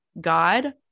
God